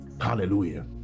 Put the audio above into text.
hallelujah